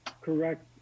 correct